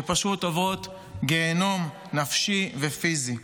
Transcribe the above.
שעוברות גיהינום נפשי ופיזי.